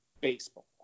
baseball